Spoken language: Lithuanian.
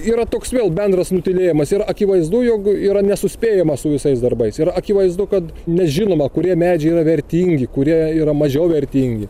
yra toks vėl bendras nutylėjimas yra akivaizdu jog yra nesuspėjama su visais darbais ir akivaizdu kad nežinoma kurie medžiai yra vertingi kurie yra mažiau vertingi